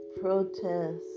protest